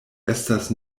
estas